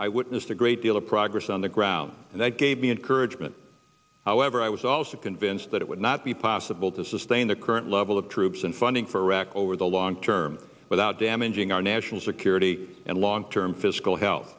i witnessed a great deal of progress on the ground and they gave me and courage meant however i was also convinced that it would not be possible to sustain the current level of troops in funding for reco over the long term without damaging our national security and long term fiscal he